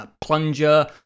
plunger